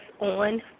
on